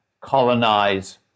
colonize